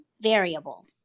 variable